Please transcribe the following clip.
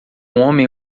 homem